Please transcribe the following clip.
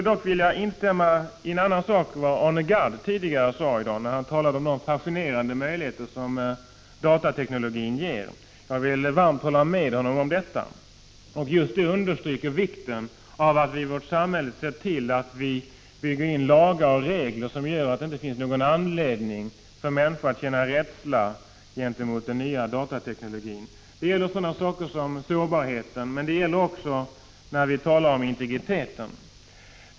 Jag vill instämma också i vad Arne Gadd tidigare i dag sade när han talade om de fascinerande möjligheter som datateknologin ger. Jag vill varmt hålla med honom på den punkten. Men just detta understryker vikten av att vi i vårt samhälle bygger in lagar och regler som gör att det inte finns anledning för människor att känna rädsla för den nya datatekniken. Det gäller sådana saker som sårbarheten, men också integriteten. Fru talman!